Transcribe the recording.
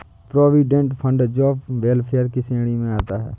provident fund job welfare की श्रेणी में आता है